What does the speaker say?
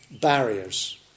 barriers